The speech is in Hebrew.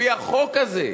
לפי החוק הזה,